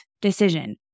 decision